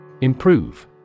Improve